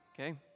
okay